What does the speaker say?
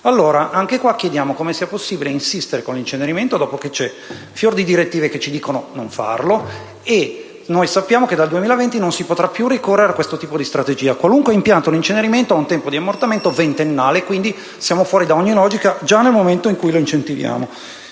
sbagliate. Chiediamo come sia possibile insistere con l'incenerimento dopo che fior di direttive ci dicono di non farlo, e noi sappiamo che dal 2020 non si potrà più ricorrere a questo tipo di strategia. Qualunque impianto di incenerimento ha un tempo di ammortamento ventennale, quindi siamo fuori da ogni logica già nel momento in cui lo incentiviamo.